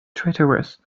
traitorous